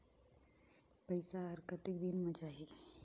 पइसा हर कतेक दिन मे जाही?